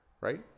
Right